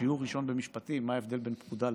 בשיעור ראשון במשפטים, מה ההבדל בין פקודה לחוק?